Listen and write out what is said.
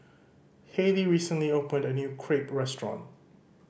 Haleigh recently opened a new Crepe restaurant